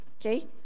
Okay